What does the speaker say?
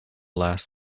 last